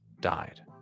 died